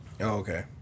Okay